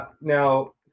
Now